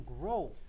grow